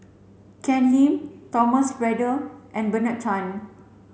Ken Lim Thomas Braddell and Bernard Tan